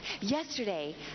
yesterday